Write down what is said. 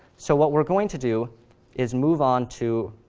so what we're going to do is move on to